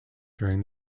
during